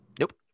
Nope